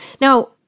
Now